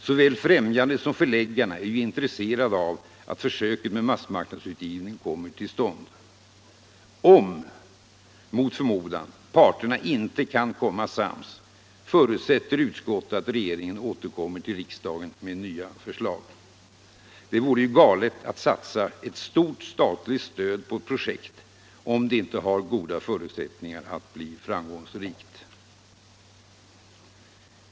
Såväl främjandet som förläggarna är ju intresserade av att försöket med massmarknadsutgivning kommer till stånd. Om, mot förmodan, parterna inte kan komma sams förutsätter utskottet att regeringen återkommer till riksdagen med nya förslag. Det vore ju galet att satsa ett stort statligt stöd på ett projekt. om det inte har goda förutsättningar att bli framgångsrikt.